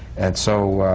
and so,